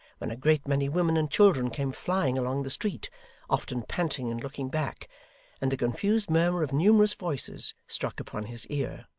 when a great many women and children came flying along the street often panting and looking back and the confused murmur of numerous voices struck upon his ear.